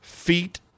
feet